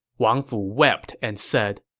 wang fu wept and said,